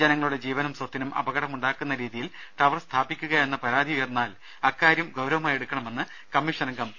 ജനങ്ങളുടെ ജീവനും സ്വത്തിനും അപകടമുണ്ടാക്കുന്ന രീതിയിൽ ടവർ സ്ഥാപിക്കുകയാ ണെന്ന പരാതി ഉയർന്നാൽ അക്കാരൃം ഗൌരവമായെടുക്കണമെന്ന് കമ്മീഷൻ അംഗം പി